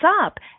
up